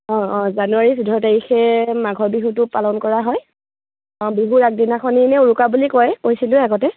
অঁ অঁ জানুৱাৰীৰ চৈধ্য় তাৰিখে মাঘৰ বিহুটো পালন কৰা হয় অঁ বিহুৰ আগদিনাখন এনেই উৰুকা বুলি কয় কৈছিলোয়ে আগতে